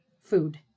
food